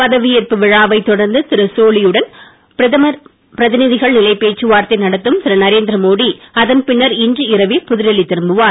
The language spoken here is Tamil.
பதவியேற்பு விழாவைத் தொடர்ந்து திரு சோலி யுடன் பிரதிநிதிகள் நிலையில் பேச்சு வார்த்தை நடத்தும் திரு நரேந்திரமோடி அதன் பின்னர் இன்று இரவே புதுடெல்லி திரும்புவார்